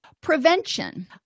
Prevention